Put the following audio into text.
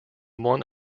one